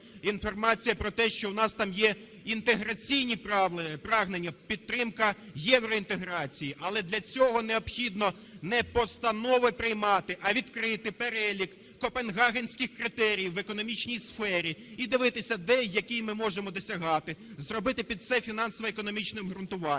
інформація про те, що у нас там є інтеграційні прагнення, підтримка євроінтеграції. Але для цього необхідно не постанови приймати, а відкрити перелік копенгагенських критеріїв в економічній сфері і дивитися, де й які ми можемо досягати, зробити під це фінансово-економічне обґрунтування.